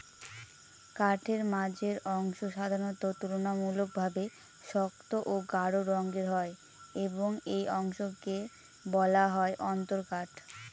কাঠের মাঝের অংশ সাধারণত তুলনামূলকভাবে শক্ত ও গাঢ় রঙের হয় এবং এই অংশকে বলা হয় অন্তরকাঠ